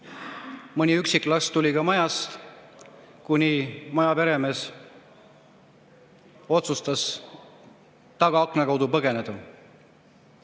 Mõni üksik lask tuli ka majast, kuni majaperemees otsustas tagaakna kaudu põgeneda.